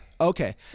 Okay